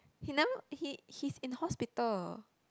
he never he he's in hospital